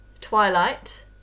Twilight